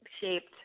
shaped